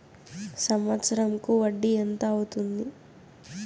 సంవత్సరం కు వడ్డీ ఎంత అవుతుంది?